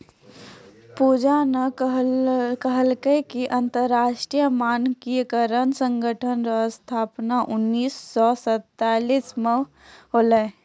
पूजा न कहलकै कि अन्तर्राष्ट्रीय मानकीकरण संगठन रो स्थापना उन्नीस सौ सैंतालीस म होलै